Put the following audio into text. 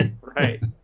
Right